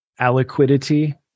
aliquidity